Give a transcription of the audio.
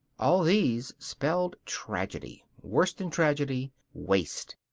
all these spelled tragedy. worse than tragedy waste.